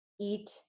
eat